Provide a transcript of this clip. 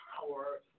power